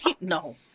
no